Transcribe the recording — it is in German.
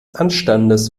anstandes